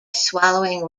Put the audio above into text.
swallowing